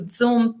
Zoom